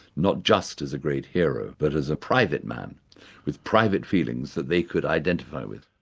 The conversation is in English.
not just as a great hero, but as a private man with private feelings that they could identify with.